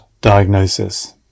diagnosis